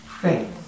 Great